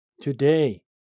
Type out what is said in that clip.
Today